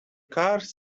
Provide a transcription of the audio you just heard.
car’s